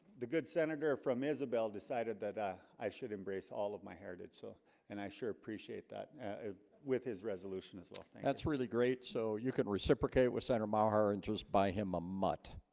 the good senator from isabel decided that i i should embrace all of my heritage so and i sure appreciate that with his resolution as well. that's really great. so you can reciprocate with senator maher and just buy him a mutt